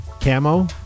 camo